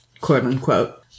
quote-unquote